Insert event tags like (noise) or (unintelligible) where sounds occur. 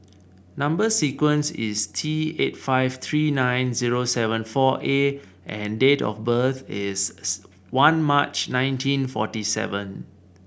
number sequence is T eight five three nine zero seven four A and date of birth is (unintelligible) one March nineteen forty seven